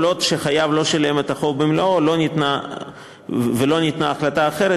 כל עוד חייב לא שילם את החוב במלואו ולא ניתנה החלטה אחרת,